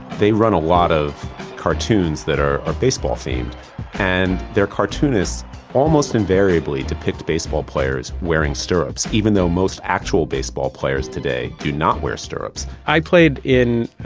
they run a lot of cartoons that are are baseball themed and their cartoonists almost invariably depict baseball players wearing stirrups. even though most actual baseball players today do not wear stirrups i played in